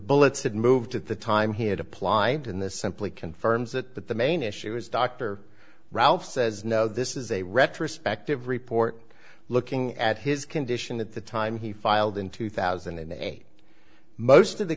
bullets hadn't moved at the time he had apply in this simply confirms that the main issue is dr ralph says no this is a retrospective report looking at his condition at the time he filed in two thousand and eight most of the